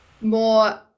more